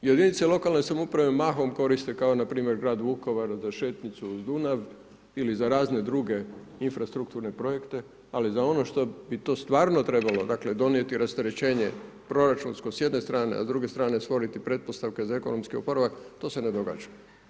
Jedinice lokalne samouprave mahom koriste kao npr. Grad Vukovar za šetnicu uz Dunav ili za razne druge infrastrukturne projekte, ali za ono što bi to stvarno trebalo dakle donijeti rasterećenje proračunsko s jedne strane, a s druge strane stvoriti pretpostavke za ekonomski oporavak to se ne događa.